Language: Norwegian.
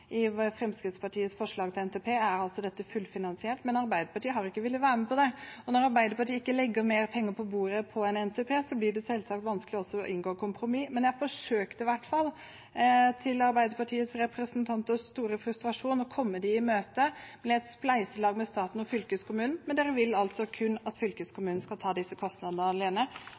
I Fremskrittspartiets forslag til NTP er dette altså fullfinansiert, men Arbeiderpartiet har ikke villet være med på det. Når Arbeiderpartiet ikke legger mer penger på bordet til en NTP, blir det selvsagt vanskelig å inngå kompromiss, men jeg forsøkte i hvert fall – til Arbeiderpartiets representanters store frustrasjon – å komme dem i møte til et spleiselag med staten og fylkeskommunen, men de vil altså kun at fylkeskommunen skal ta disse kostnadene alene.